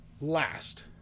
last